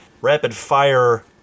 rapid-fire